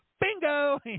bingo